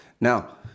Now